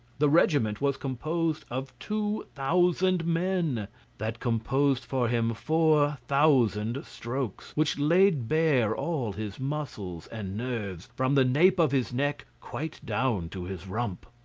the regiment was composed of two thousand men that composed for him four thousand strokes, which laid bare all his muscles and nerves, from the nape of his neck quite down to his rump.